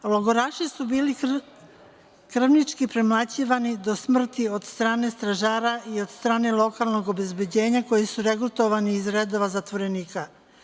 Logoraši su bili krvnički premlaćivani do smrti od strane stražara i od strane lokalnog obezbeđenja koji su regrutovani iz redova zatvorenika.